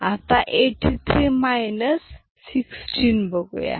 आता 83 16 बघुया